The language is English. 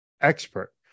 expert